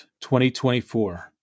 2024